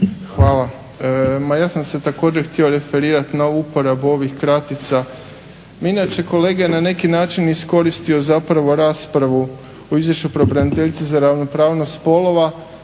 Hvala. Ma ja sam se također htio referirati na ovu uporabu ovih kratica. Mi inače kolega je na neki način iskoristio zapravo raspravu o Izvješću pravobraniteljice za ravnopravnost spolova